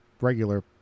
regular